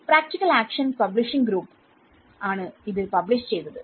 practical action publishing ഗ്രൂപ്പ്ആണ് ഇത് publish ചെയ്തത്